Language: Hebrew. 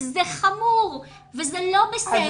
וזה חמור וזה לא בסדר.